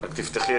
אני רוצה להגיד